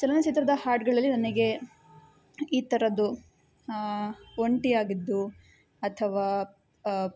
ಚಲನಚಿತ್ರದ ಹಾಡುಗಳಲ್ಲಿ ನನಗೆ ಈ ಥರದ್ದು ಒಂಟಿಯಾಗಿದ್ದು ಅಥವಾ